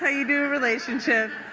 ah you do a relationship.